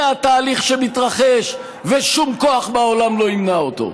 זה התהליך שמתרחש, ושום כוח בעולם לא ימנע אותו.